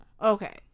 Okay